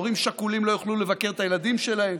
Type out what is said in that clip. הורים שכולים לא יוכלו לבקר את הילדים שלהם,